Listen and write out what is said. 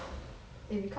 oh got we bare bear